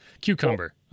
Cucumber